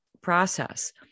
process